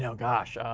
you know gosh, ah